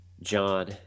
John